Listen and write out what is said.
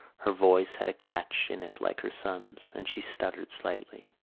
her voice had a catch in it like her son's and she stuttered slightly.